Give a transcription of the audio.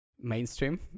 mainstream